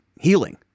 healing